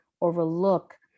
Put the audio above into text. overlook